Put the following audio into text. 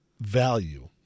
value